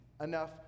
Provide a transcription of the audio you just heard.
enough